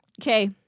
Okay